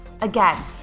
Again